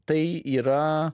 tai yra